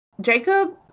Jacob